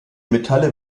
metalle